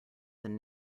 than